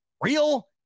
real